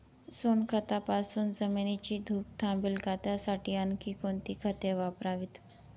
सोनखतापासून जमिनीची धूप थांबेल का? त्यासाठी आणखी कोणती खते वापरावीत?